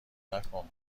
نکن